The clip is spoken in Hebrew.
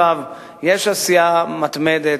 יש עשייה מתמדת,